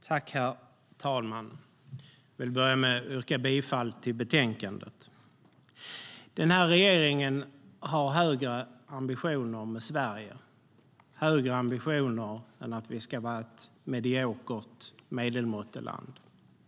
Herr talman! Jag vill börja med att yrka bifall till förslaget i betänkandet. Regeringen har högre ambitioner för Sverige än att vi ska vara ett mediokert medelmåttaland.